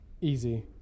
easy